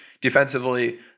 Defensively